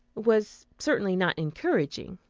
was certainly not encouraging.